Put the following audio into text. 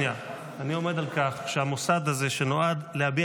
-- אני עומד על כך שהמוסד הזה שנועד להביע